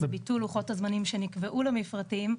זה ביטול לוחות הזמנים שנקבעו למפרטים.